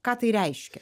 ką tai reiškia